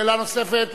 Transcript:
שאלה נוספת,